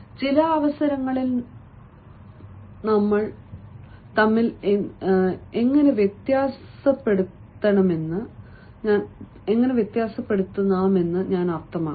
ചില അവസരങ്ങൾ തമ്മിൽ എങ്ങനെ വ്യത്യാസപ്പെടുത്താമെന്ന് ഞാൻ അർത്ഥമാക്കുന്നു